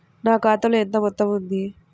నా ఖాతాలో ఎంత మొత్తం ఉంది?